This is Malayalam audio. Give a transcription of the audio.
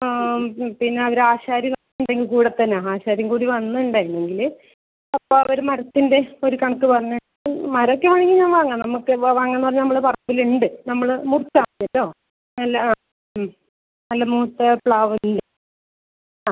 ആ പിന്നെ അവർ ആശാരി കൂടെ തന്നെ ആശാരിയും കൂടി വന്ന് ഉണ്ടായെങ്കിൽ അപ്പം അവർ മരത്തിൻ്റെ ഒരു കണക്ക് പറഞ്ഞ് മരമൊക്കെ ആണെങ്കിൽ വാങ്ങാം നമുക്ക് വാങ്ങാം എന്ന് പറഞ്ഞാൽ നമ്മളെ പറമ്പിൽ ഉണ്ട് നമ്മൾ മുറിച്ചാൽ മതിയല്ലോ നല്ല മൂത്ത പ്ലാവുണ്ട് ആ